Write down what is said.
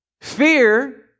Fear